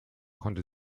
konnte